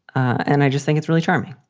and i just think it's really charming.